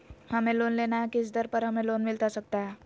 हमें लोन लेना है किस दर पर हमें लोन मिलता सकता है?